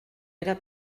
era